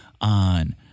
on